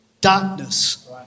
darkness